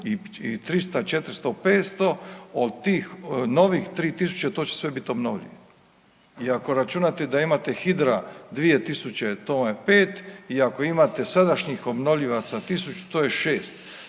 i 300-400-500. Od tih novih 3000 to će sve biti obnovljivi. I ako računate da imate hidra 2000 to vam je 5 i ako imate sadašnjih obnovljivaca 1000 to je 6.